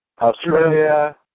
Australia